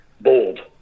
bold